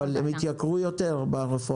אבל הם התייקרו יותר ברפורמה.